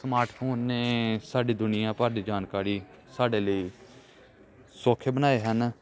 smart phone ਨੇ ਸਾਡੀ ਦੁਨੀਆਂ ਭਰ ਦੀ ਜਾਣਕਾਰੀ ਸਾਡੇ ਲਈ ਸੌਖੇ ਬਣਾਏ ਹਨ